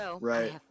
Right